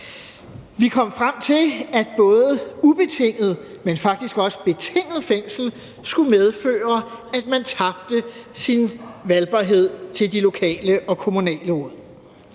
Vi kom frem til, at både ubetinget, men faktisk også betinget fængsel skulle medføre, at man tabte sin valgbarhed til de regionale og kommunale råd.